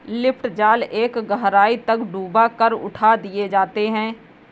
lift जाल एक गहराई तक डूबा कर उठा दिए जाते हैं